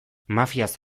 mafiaz